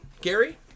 Gary